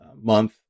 month